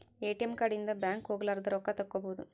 ATM card ಇಂದ bank ಹೋಗಲಾರದ ರೊಕ್ಕ ತಕ್ಕ್ಕೊಬೊದು